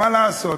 מה לעשות,